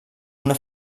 una